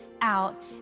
out